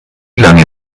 lange